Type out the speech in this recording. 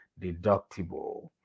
deductible